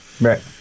Right